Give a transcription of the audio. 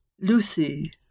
Lucy